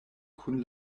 kun